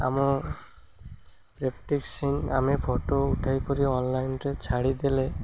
ଆମ ଆମେ ଫଟୋ ଉଠାଇ କରି ଅନଲାଇନ୍ରେ ଛାଡ଼ିଦେଲେ